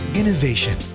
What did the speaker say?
innovation